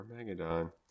Megadon